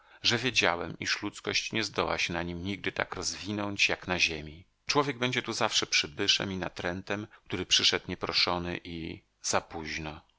że wiedziałem iż ludzkość nie zdoła się na nim nigdy tak rozwinąć jak na ziemi człowiek będzie tu zawsze przybyszem i natrętem który przyszedł nieproszony i zapóźno